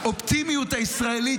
האופטימיות הישראלית,